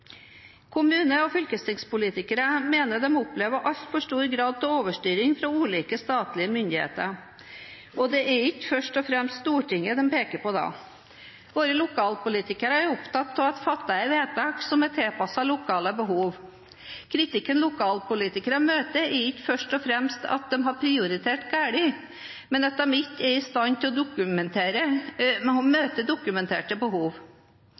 Kommune- og fylkespolitikere mener de opplever altfor stor grad av overstyring fra ulike statlige myndigheter, og det er ikke først og fremst Stortinget de peker på da. Våre lokalpolitikere er opptatt av å fatte vedtak som er tilpasset lokale behov. Kritikken lokalpolitikere møter, er ikke først og fremst at de har prioritert feil, men at de ikke er i stand til å møte dokumenterte behov.